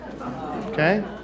Okay